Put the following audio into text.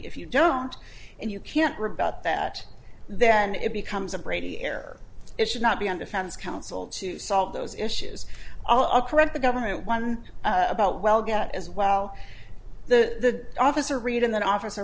if you don't and you can't rebut that then it becomes a brady air it should not be on defense counsel to solve those issues i'll correct the government one about well get as well the officer read in the office